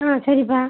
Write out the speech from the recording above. ம் சரிப்பா